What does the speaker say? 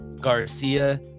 Garcia